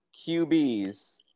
QBs